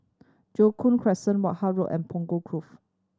Joo Koon Crescent Wishart Road and Punggol Cove